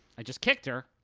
i just kicked her.